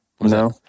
No